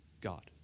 God